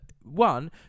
one